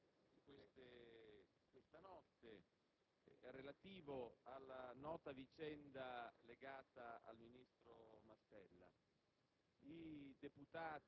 accaduto questa notte relativo alla nota vicenda legata al ministro Mastella.